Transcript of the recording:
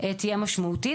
כארגון יהיו משמעותיות.